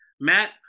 matt